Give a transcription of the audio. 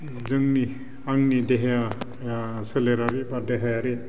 जोंनि आंनि देहाया सोलेरारि बा देहायारि